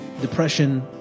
depression